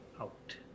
out